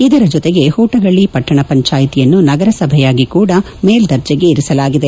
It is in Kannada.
ಇದರ ಜೊತೆಗೆ ಪೂಟಗಳ್ಳ ಪಟ್ಟಣ ಪಂಚಾಯಿತಿಯನ್ನು ನಗರಸಭೆಯಾಗಿ ಕೂಡ ಮೇಲ್ದರ್ಜೆಗೇರಿಸಲಾಗಿದೆ